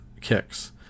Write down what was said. Kicks